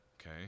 Okay